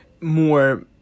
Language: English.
more